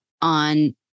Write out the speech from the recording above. on